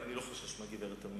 אבל אני לא חושש מן הגברת תמיר.